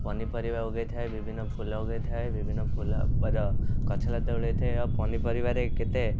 ପନିପରିବା ଉଗେଇଥାଏ ବିଭିନ୍ନ ଫୁଲ ଉଗେଇଥାଏ ବିଭିନ୍ନ ଫୁଲ ଗଛଲତା ଓ ପନିପରିବାରେ କେତେ